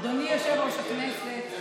אדוני יושב-ראש הכנסת,